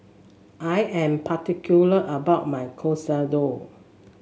I am particular about my Katsudon